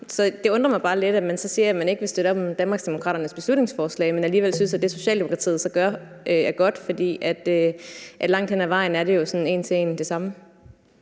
Det undrer mig så lidt, at man så siger, at man ikke vil støtte op om Danmarksdemokraternes beslutningsforslag, men alligevel synes, at det, ssom Socialdemokratiet så gør, er godt, for langt hen ad vejen er det jo en til en det samme.